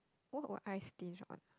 what would I stinge on